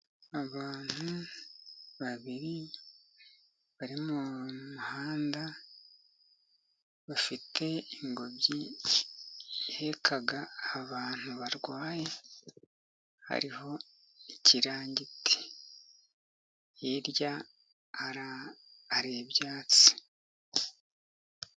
Abantu babiri bari mu muhanda, bafite ingobyi iheka abantu barwaye, hariho ikirangiti. Hirya hari ibyatsi.